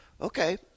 Okay